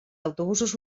autobusos